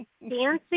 dancing